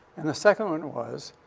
and the second one was,